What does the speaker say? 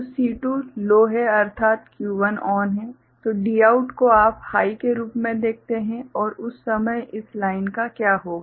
तो C2 लो है अर्थात Q1 ON है तो Dout को आप हाइ के रूप में देखते हैं और उस समय इस लाइन का क्या होगा